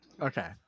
Okay